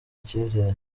icyizere